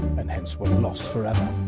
and hence were lost forever.